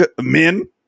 Men